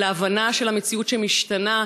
ההבנה של המציאות שמשתנה,